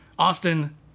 Austin